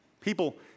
People